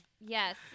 Yes